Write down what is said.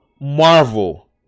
marvel